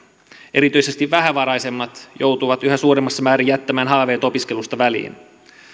erityisesti vähävaraisemmat joutuvat yhä suuremmassa määrin jättämään haaveet opiskelusta väliin